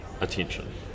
attention